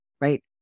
right